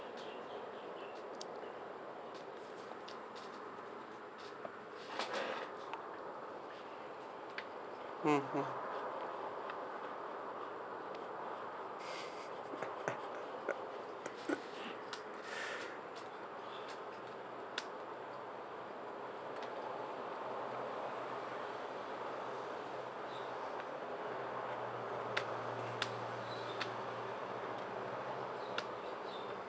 mmhmm